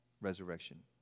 resurrection